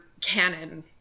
canon